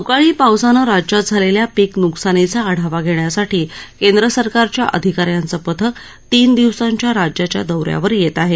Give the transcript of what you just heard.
अवकाळी पावसानं राज्यात झालेल्या पीक नुकसानीचा आढावा घेण्यासाठी केंद्र सरकारच्या अधिका यांचं पथक तीन दिवसांच्या राज्याच्या दौ यावर येत आहेत